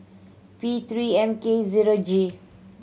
P Three M K zero G